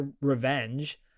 Revenge